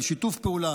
על שיתוף פעולה,